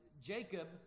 Jacob